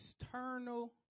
external